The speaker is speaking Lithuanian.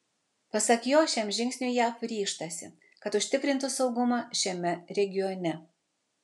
pasak jo šiam žingsniui jav ryžtasi kad užtikrintų saugumą šiame regione